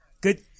Good